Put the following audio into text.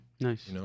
nice